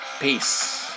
Peace